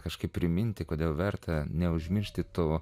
kažkaip priminti kodėl verta neužmiršti to